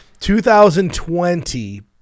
2020